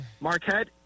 Marquette